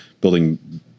building